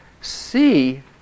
see